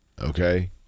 Okay